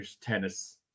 tennis